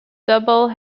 double